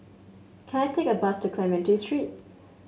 can I take a bus to Clementi Street